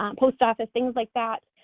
um post office, things like that,